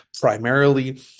primarily